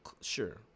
sure